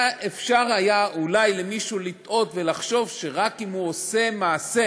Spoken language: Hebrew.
אפשר היה אולי לטעות ולחשוב שרק אם הוא עושה מעשה